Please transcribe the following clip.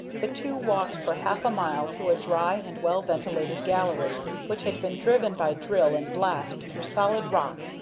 the two walked for half a mile through a dry and well-ventilated gallery, which had been driven by drill and blast through solid rock,